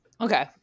Okay